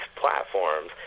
platforms